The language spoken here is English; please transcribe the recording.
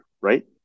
right